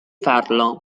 farlo